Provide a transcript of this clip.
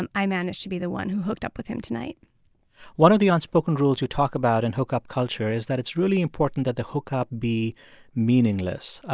and i managed to be the one who hooked up with him tonight one of the unspoken rules you talk about in hookup culture is that it's really important that the hookup be meaningless.